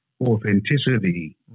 authenticity